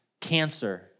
Cancer